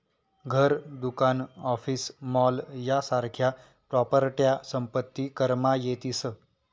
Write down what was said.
घर, दुकान, office, mall यासारख्या प्रॉपर्ट्या संपत्ती करमा येतीस